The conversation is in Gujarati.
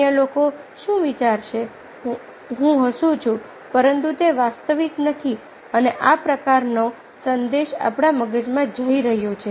અન્ય લોકો શું વિચારશે હું હસું છું પરંતુ તે વાસ્તવિક નથી અને આ પ્રકારનો સંદેશ આપણા મગજમાં જઈ રહ્યો છે